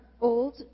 old